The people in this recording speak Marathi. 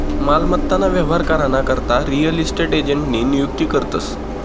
मालमत्ता ना व्यवहार करा ना करता रियल इस्टेट एजंटनी नियुक्ती करतस